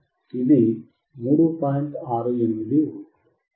68V మీ input 5